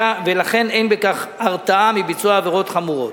ולכן אין בכך הרתעה מביצוע עבירות חמורות.